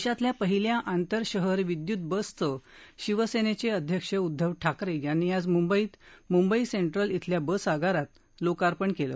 देशातल्या पहिल्या आंतर शहर विद्युत बसचं शिवसेनेचे अध्यक्ष उद्दव ठाकरे यांनी आज मुंबईत मुंबई सेंट्रल इथल्या बस आगारात लोकार्पण केलं